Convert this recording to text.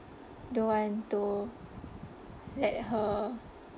don't want to let her